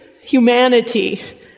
humanity